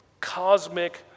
cosmic